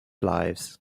lives